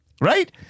right